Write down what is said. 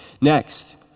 Next